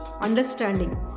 understanding